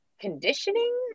conditioning